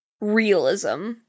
realism